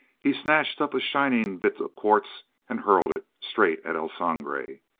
he snatched up a shining bit of quartz and hurled it straight at el sangre!